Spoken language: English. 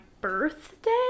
birthday